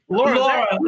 Laura